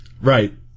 Right